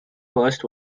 first